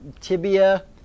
tibia